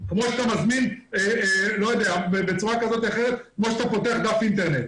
כמו שאתה פותח דף אינטרנט.